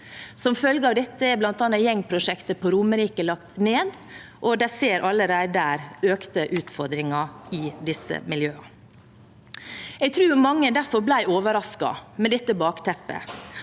Som følge av dette er bl.a. gjengprosjektet på Romerike lagt ned, og de ser der allerede økte utfordringer i disse miljøene. Jeg tror mange derfor, med dette bakteppet,